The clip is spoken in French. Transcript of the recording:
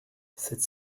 cette